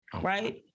right